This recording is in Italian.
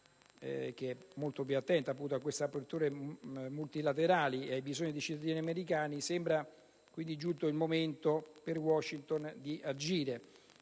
Obama, attenta sia alle aperture multilaterali che ai bisogni dei cittadini americani, sembra quindi giunto il momento per Washington di agire.